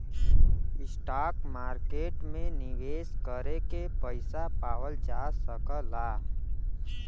stock market में निवेश करके पइसा पावल जा सकला